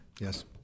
Yes